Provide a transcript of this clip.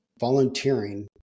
volunteering